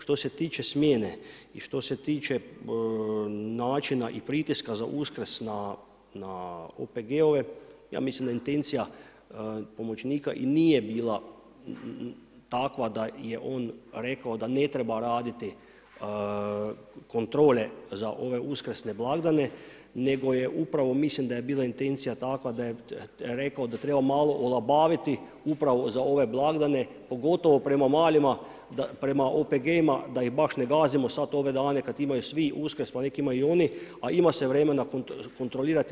Što se tiče smjene i što se tiče načina i pritiska za Uskrs na OPG-ove, ja mislim da intencija pomoćnika i nije bila takva da je on rekao da ne treba raditi kontrole za ove uskrsne blagdane nego je upravo, mislim da je bila intencija takva da je rekao da trebalo malo olabaviti upravo za ove blagdane pogotovo prema OPG-ima, da ih baš ne gazimo sad ove dane kad imaju svi Uskrs, pa nek' imaju i oni, a ima se vremena kontrolirati.